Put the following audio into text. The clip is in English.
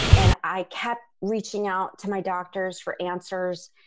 and i kept reaching out to my doctors for answers.